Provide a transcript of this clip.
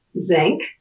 zinc